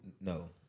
no